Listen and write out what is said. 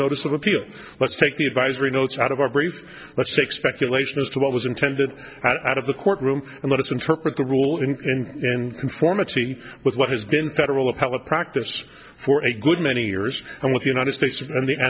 notice of appeal let's take the advisory notes out of our brief let's take speculation as to what was intended out of the courtroom and let us interpret the rule in and conformity with what has been federal appellate practice for a good many years and what united states and